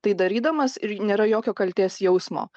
tai darydamas ir nėra jokio kaltės jausmo